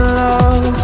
love